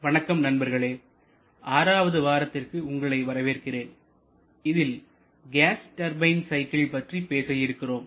வணக்கம் நண்பர்களே ஆறாவது வாரத்திற்கு உங்களை வரவேற்கிறேன் இதில் கேஸ் டர்பைன் சைக்கிள்கள் பற்றி பேச இருக்கிறோம்